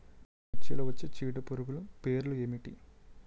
మిర్చిలో వచ్చే చీడపురుగులు పేర్లు ఏమిటి?